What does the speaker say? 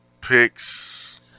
picks